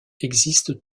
existent